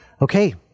Okay